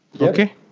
okay